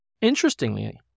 Interestingly